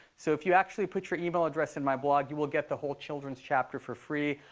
so if you actually put your email address in my blog, you will get the whole children's chapter for free.